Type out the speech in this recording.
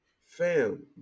Fam